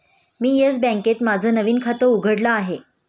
मी Yes बँकेत माझं नवीन खातं उघडलं आहे